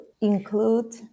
Include